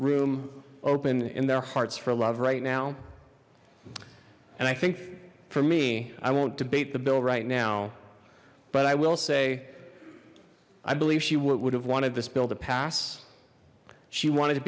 room open in their hearts for love right now and i think for me i won't debate the bill right now but i will say i believe she would have wanted this bill to pass she wanted to